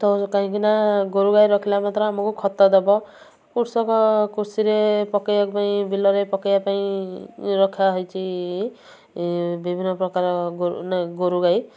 ତ କାହିଁକି ନାଁ ଗୋରୁ ଗାଈ ରଖିଲା ମାତ୍ର ଆମୁକୁ ଖତ ଦବ କୃଷକ କୃଷିରେ ପକାଇବା ପାଇଁ ବିଲରେ ପକାଇବା ପାଇଁ ରଖା ହେଇଛି ବିଭିନ୍ନ ପ୍ରକାର ଗୋରୁ ନାଁ ଗୋରୁ ଗାଈ